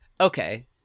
Okay